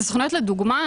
אלה סוכנויות לדוגמה.